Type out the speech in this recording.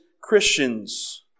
Christians